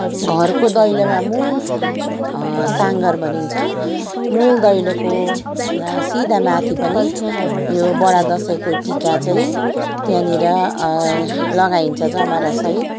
घरको दैलोमा मूल सङ्घार भनिन्छ मूल दैलोको सिधा माथि पनि यो बडादसँको टिका चाहिँ त्यहाँनिर लगाइन्छ जमरा सहित